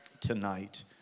tonight